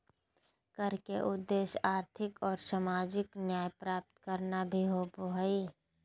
कर के उद्देश्य आर्थिक और सामाजिक न्याय प्राप्त करना भी होबो हइ